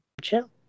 Chill